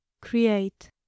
create